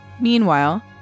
Meanwhile